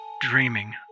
dreaming